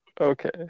Okay